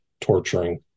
Torturing